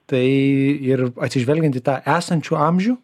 tai ir atsižvelgiant į tą esančių amžių